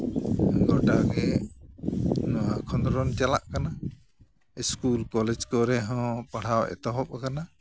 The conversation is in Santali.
ᱜᱳᱴᱟᱜᱮ ᱱᱚᱣᱟ ᱠᱷᱚᱸᱫᱽᱨᱚᱱ ᱪᱟᱞᱟᱜ ᱠᱟᱱᱟ ᱤᱥᱠᱩᱞ ᱠᱚᱞᱮᱡᱽ ᱠᱚᱨᱮ ᱦᱚᱸ ᱯᱟᱲᱦᱟᱣ ᱮᱛᱚᱦᱚᱵ ᱟᱠᱟᱱᱟ